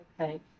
Okay